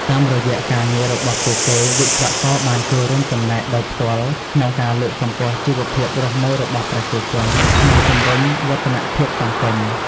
តាមរយៈការងាររបស់ពួកគេ វិស្វករបានចូលរួមចំណែកដោយផ្ទាល់ក្នុងការលើកកម្ពស់ជីវភាពរស់នៅរបស់ប្រជាជន និងជំរុញវឌ្ឍនភាពសង្គម។